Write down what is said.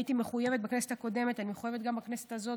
הייתי מחויבת בכנסת הקודמת ואני מחויבת גם בכנסת הזאת,